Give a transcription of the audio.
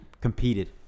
Competed